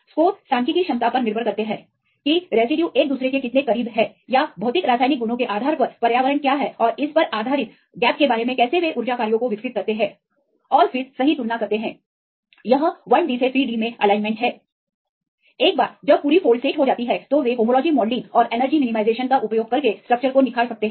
score वे सांख्यिकीय क्षमता पर निर्भर करते हैं कि रेसिड्यू एक दूसरे के कितने करीब हैं या भौतिक रासायनिक गुणों के आधार पर पर्यावरण क्या है और इस पर आधारित अंतराल के बारे में कैसे वे ऊर्जा कार्यों को विकसित करते हैं और फिर सही तुलना करते हैं यह 1 डी से 3 डी मे एलाइनमेंटअलीग्न्मेंतहै एक बार जब पूरी फोल्ड सेट हो जाती है तो वे होमोलॉजी मॉडलिंग और एनर्जी मिनिमाइजेशन का उपयोग करके स्ट्रक्चर को निखार सकते हैं